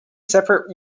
separate